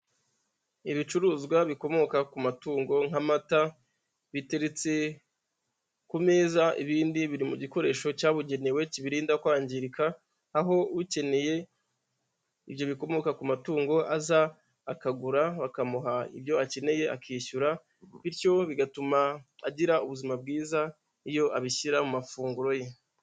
Ibicuruzwa bikomoka ku matungo nk'amata, biteritse ku meza, ibindi biri mu gikoresho cyabugenewe kibirinda kwangirika aho ukeneye ibyo bikomoka ku matungo aza akagura, bakamuha ibyo akeneye akishyura bityo bigatuma agira ubuzima bwiza iyo abishyira mu mafunguro ye.